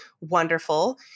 Wonderful